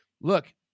Look